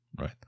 right